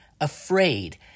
Afraid